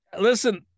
Listen